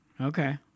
Okay